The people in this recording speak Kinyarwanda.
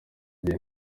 gihe